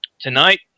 tonight